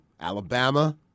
Alabama